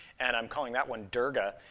and i'm calling that one durga,